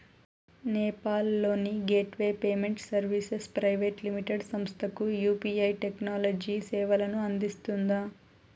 నేపాల్ లోని gateway payment services private limited సంస్థకు UPI technology సేవలను అందిస్తుందా?